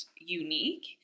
unique